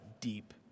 deep